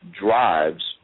drives